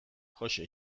jose